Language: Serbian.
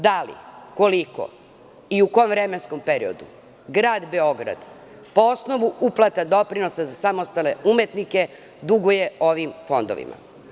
Da li, koliko i u kom vremenskom periodu Grad Beograd po osnovu uplata doprinosa za samostalne umetnike duguje ovim fondovima?